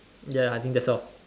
ya I think that's all